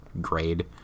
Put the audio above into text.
grade